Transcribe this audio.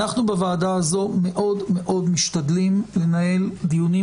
אלא אנחנו בוועדה הזו מאוד-מאוד משתדלים לנהל דיונים